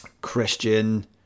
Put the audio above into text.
Christian